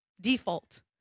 default